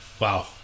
Wow